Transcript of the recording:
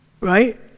Right